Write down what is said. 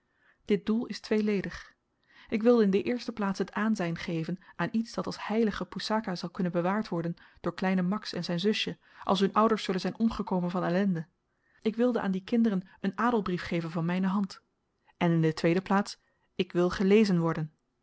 dit doel is tweeledig ik wilde in de eerste plaats het aanzyn geven aan iets dat als heilige poesaka zal kunnen bewaard worden door kleinen max en zyn zusje als hun ouders zullen zyn omgekomen van ellende ik wilde aan die kinderen een adelbrief geven van myne hand en in de tweede plaats ik wil gelezen worden